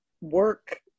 work